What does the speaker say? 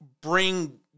bring